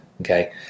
okay